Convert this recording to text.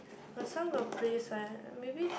got some got play sign maybe